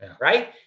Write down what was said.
right